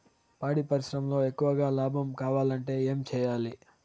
పాడి పరిశ్రమలో ఎక్కువగా లాభం కావాలంటే ఏం చేయాలి?